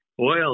oil